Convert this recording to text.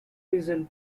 reason